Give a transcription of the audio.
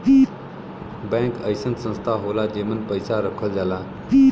bank अइसन संस्था होला जेमन पैसा रखल जाला